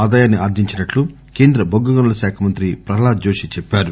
ఆదాయాన్ని ఆర్జించినట్లు కేంద్ర బొగ్గు గనుల శాఖా మంత్రి ప్రహ్లాద్ జోషి చెప్పారు